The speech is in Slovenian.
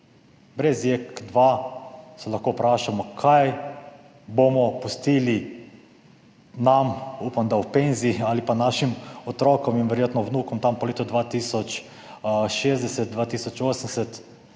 Brez JEK2 se lahko vprašamo, kaj bomo pustili nam, upam, da v penziji, ali pa našim otrokom in verjetno vnukom tam po letu 2060, 2080,